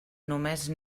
només